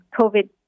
COVID